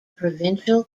provincial